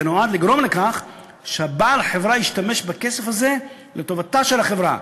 זה נועד לגרום לכך שבעל החברה ישתמש בכסף הזה לטובתה של החברה,